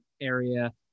area